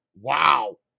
wow